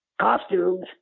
costumes